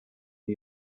new